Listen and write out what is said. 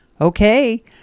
okay